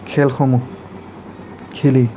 খেলসমূহ খেলি